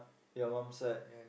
your mom side